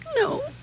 No